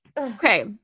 Okay